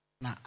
na